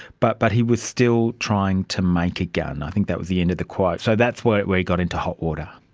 but but he was still trying to make a gun. i think that was the end of the quote. so that's where where he got into hot water.